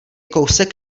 kousek